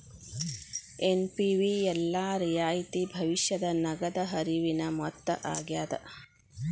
NPV ಎಲ್ಲಾ ರಿಯಾಯಿತಿ ಭವಿಷ್ಯದ ನಗದ ಹರಿವಿನ ಮೊತ್ತ ಆಗ್ಯಾದ